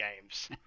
games